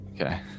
Okay